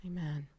Amen